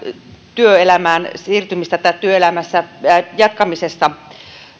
työelämään siirtymistä tai työelämässä jatkamista